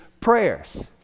prayers